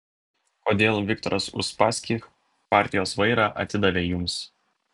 kodėl viktoras uspaskich partijos vairą atidavė jums